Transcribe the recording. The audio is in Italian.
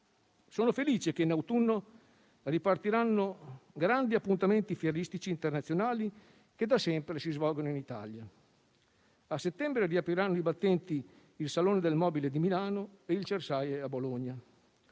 Sono felice che in autunno ripartiranno grandi appuntamenti fieristici internazionali che da sempre si svolgono in Italia. A settembre riapriranno i battenti il salone del mobile di Milano e il Cersaie a Bologna: